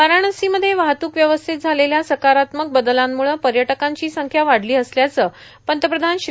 वाराणसी मध्ये वाहतूक व्यवस्थेत झालेल्या सकारात्मक बदलामुळं पर्यटकांची संख्या वाढली असल्याचं पंतप्रधान श्री